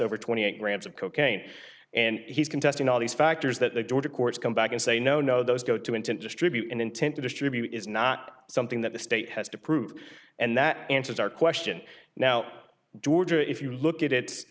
over twenty eight grams of cocaine and he's contesting all these factors that the daughter courts come back and say no no those go to intent distribute an intent to distribute it it's not something that the state has to prove and that answers our question now george or if you look at it